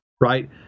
right